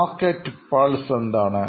market pulsar എന്താണ്